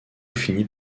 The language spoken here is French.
finit